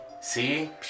See